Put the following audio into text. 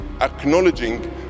acknowledging